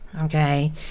okay